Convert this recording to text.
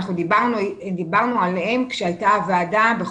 בחודש ספטמבר דיברנו עליהם בישיבת הוועדה,